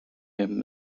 him